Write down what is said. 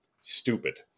Stupid